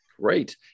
Great